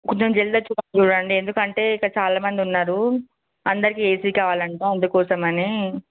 కొంచెం జల్ది వచ్చేటట్టు చూడండి ఎందుకంటే ఇక్కడ చాలా మంది ఉన్నారూ అందరికీ ఏసీ కావాలంటా అందుకోసమనీ